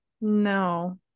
No